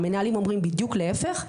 והמנהלים אומרים בדיוק להיפך.